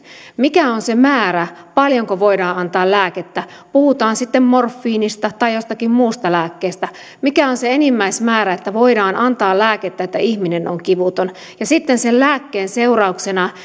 mikä on se määrä paljonko voidaan antaa lääkettä puhutaan sitten morfiinista tai jostakin muusta lääkkeestä mikä on se enimmäismäärä että voidaan antaa lääkettä että ihminen on kivuton sitten sen lääkkeen seurauksena